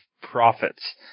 profits